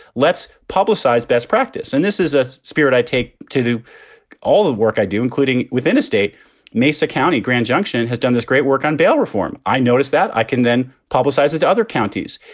let's publicize best practice. and this is a spirit i take to do all the work i do, including within a state mesa county, grand junction has done this great work on bail reform. i noticed that i can then publicize it to other counties.